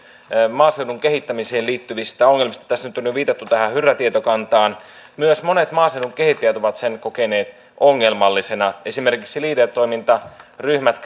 maaseudun kehittämiseen liittyvistä ongelmista tässä on nyt jo viitattu tähän hyrrä tietokantaan myös monet maaseudun kehittäjät ovat sen kokeneet ongelmallisena esimerkiksi leader toimintaryhmät